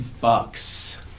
Bucks